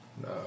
No